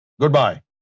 Goodbye